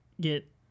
get